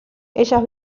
ellas